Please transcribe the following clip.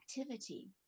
activity